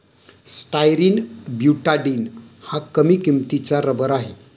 styrene butadiene हा कमी किंमतीचा रबर आहे